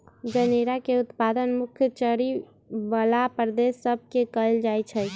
जनेरा के उत्पादन मुख्य चरी बला प्रदेश सभ में कएल जाइ छइ